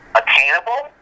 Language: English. attainable